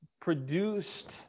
produced